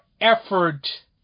effort